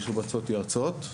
משובצות יועצות,